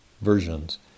versions